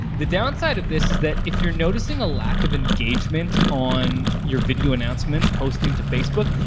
the downside of this is that if you're noticing a lack of engagement on your video announcements posting to facebook,